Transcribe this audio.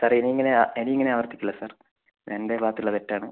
sir ഇനി ഇങ്ങനെ ഇനി ഇങ്ങനെ ആവർത്തിക്കില്ല സാർ എൻ്റെ ഭാഗത്ത് ഉള്ള തെറ്റ് ആണ്